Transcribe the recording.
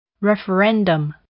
referendum